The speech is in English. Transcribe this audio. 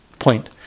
Point